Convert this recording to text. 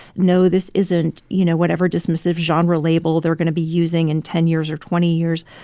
no, this isn't, you know, whatever dismissive genre label they're going to be using in ten years or twenty years.